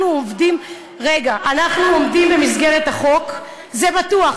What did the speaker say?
אנחנו עומדים במסגרת החוק, זה בטוח.